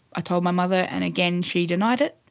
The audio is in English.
i told my mother, and again she denied it,